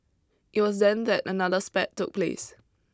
it was then that another spat took place